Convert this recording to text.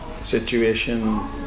situation